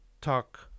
talk